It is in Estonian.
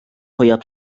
hoiab